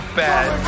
bad